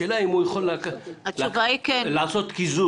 השאלה היא אם הוא יכול לעשות קיזוז,